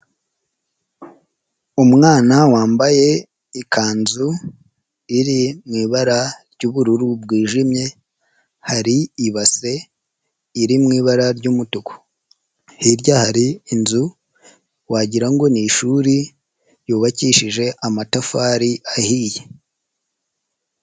Umwana wambaye ikanzu iri mu ibara ry'ubururu bwijimye, hari ibase iri mu ibara ry'umutuku. Hirya hari inzu wagira ngo ni ishuri yubakishije amatafari ahiye.